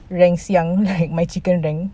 rank siang my chicken rank